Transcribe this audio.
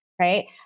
right